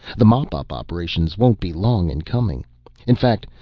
the mop-up operations won't be long in coming in fact,